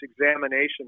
examination